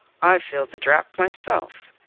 i feel the draught myself.